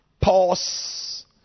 pause